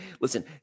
listen